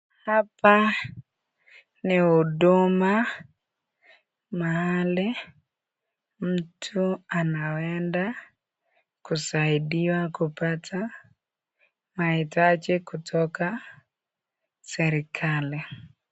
Hapa ni huduma mahali mtu anaenda kusaidiwa kupata mahitaji kutoka serikali.